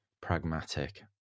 pragmatic